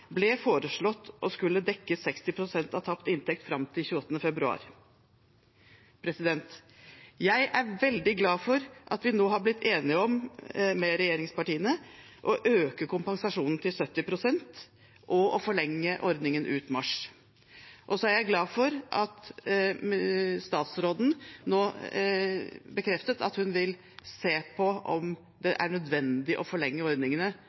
ble foreslått å skulle dekke 60 pst. av tapt inntekt fram til 28. februar. Jeg er veldig glad for at vi nå har blitt enige med regjeringspartiene om å øke kompensasjonen til 70 pst. og å forlenge ordningen ut mars. Jeg er glad for at statsråden nå bekreftet at hun vil se på om det er nødvendig å forlenge ordningene